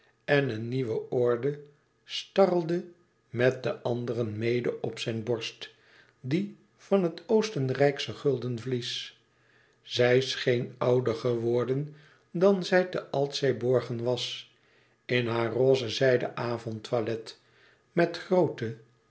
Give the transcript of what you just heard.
en een nieuwe orde starrelde met de anderen mede op zijn borst die van het oostenrijksche gulden vlies zij scheen ouder geworden dan zij te altseeborgen was in haar roze zijden avondtoilet met groote